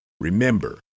Remember